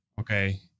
Okay